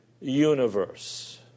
universe